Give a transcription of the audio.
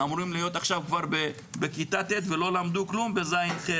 אמורים להיות עכשיו כבר בכיתה ט' ולא למדו כלום בכיתה ז'-ח',